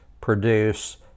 produce